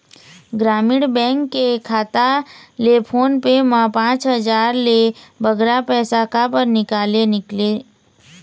ग्रामीण बैंक के खाता ले फोन पे मा पांच हजार ले बगरा पैसा काबर निकाले निकले?